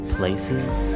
places